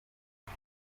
ngo